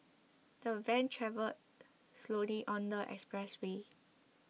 the van travelled slowly on the expressway